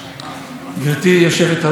אדוני סגן המזכירה,